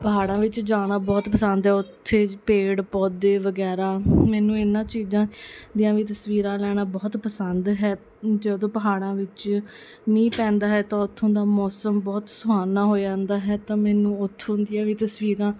ਪਹਾੜਾਂ ਵਿੱਚ ਜਾਣਾ ਬਹੁਤ ਪਸੰਦ ਆ ਉੱਥੇ ਪੇੜ ਪੌਦੇ ਵਗੈਰਾ ਮੈਨੂੰ ਇਹਨਾਂ ਚੀਜ਼ਾਂ ਦੀਆਂ ਵੀ ਤਸਵੀਰਾਂ ਲੈਣਾ ਬਹੁਤ ਪਸੰਦ ਹੈ ਜਦੋਂ ਪਹਾੜਾਂ ਵਿੱਚ ਮੀਂਹ ਪੈਂਦਾ ਹੈ ਤਾਂ ਉੱਥੋਂ ਦਾ ਮੌਸਮ ਬਹੁਤ ਸੁਹਾਵਣਾ ਹੋ ਜਾਂਦਾ ਹੈ ਤਾਂ ਮੈਨੂੰ ਉੱਥੋਂ ਦੀਆਂ ਵੀ ਤਸਵੀਰਾਂ